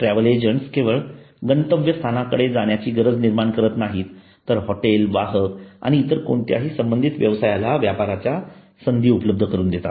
travel agents केवळ गंतव्यस्थानाकडे जाण्याची गरज निर्माण करत नाहीत तर हॉटेल वाहक आणि इतर कोणत्याही संबंधित व्यवसायाला व्यापाराच्या संधी उपलब्ध करून देतात